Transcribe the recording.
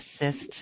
assist